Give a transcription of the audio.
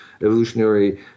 evolutionary